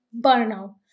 burnout